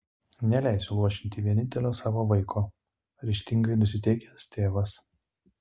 neleisiu luošinti vienintelio savo vaiko ryžtingai nusiteikęs tėvas